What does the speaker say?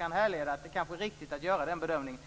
Den bedömningen kan man faktiskt göra rent teoretiskt, och det är kanske riktigt att göra den bedömningen.